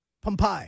Pompeii